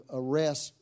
arrest